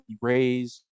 Rays